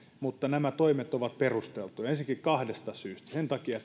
mutta nämä toimet ovat perusteltuja kahdesta syystä ensinnäkin sen takia